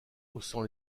haussant